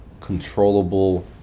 controllable